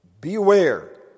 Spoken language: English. Beware